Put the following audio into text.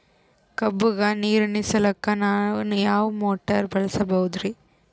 ಕಬ್ಬುಗ ನೀರುಣಿಸಲಕ ನಾನು ಯಾವ ಮೋಟಾರ್ ಬಳಸಬಹುದರಿ?